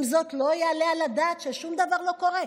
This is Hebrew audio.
עם זאת, לא יעלה על הדעת ששום דבר לא קורה.